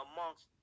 amongst